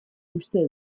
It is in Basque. uste